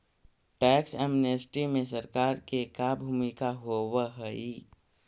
tax amnesty में सरकार के का भूमिका होव हई